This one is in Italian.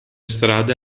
strade